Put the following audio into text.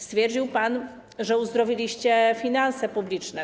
Stwierdził pan, że uzdrowiliście finanse publiczne.